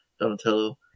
Donatello